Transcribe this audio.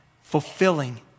fulfilling